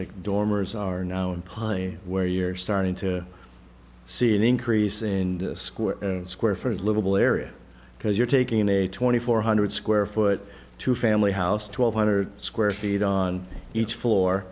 like dormers are now in pine where you're starting to see an increase in square square for a livable area because you're taking in a twenty four hundred square foot two family house twelve hundred square feet on each floor